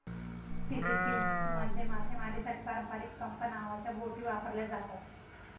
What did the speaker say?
फिलीपिन्समध्ये मासेमारीसाठी पारंपारिक पंप नावाच्या बोटी वापरल्या जातात